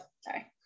Sorry